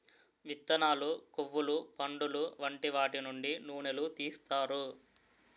విత్తనాలు, కొవ్వులు, పండులు వంటి వాటి నుండి నూనెలు తీస్తారు